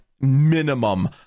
minimum